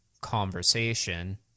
conversation